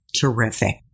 Terrific